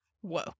whoa